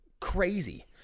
crazy